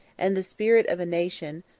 and the spirit of a nation,